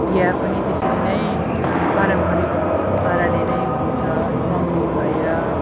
विवाह पनि त्यसरी नै पारम्पारिक पाराले नै हुन्छ मङ्गनी भएर